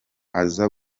aza